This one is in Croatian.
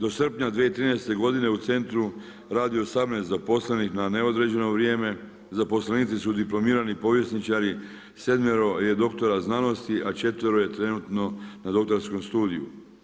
Do srpnja 2013. godine u centru radi zaposlenih na neodređeno vrijeme, zaposlenici su diplomirani povjesničari, 7 je doktora znanosti, a 4 je trenutno na doktorskom studiju.